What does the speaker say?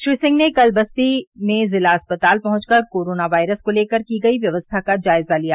श्री सिंह ने कल बस्ती में जिला अस्पताल पहुंच कर कोरोना वायरस को लेकर की गई व्यवस्था का जायजा लिया